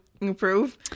improve